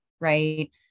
right